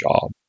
job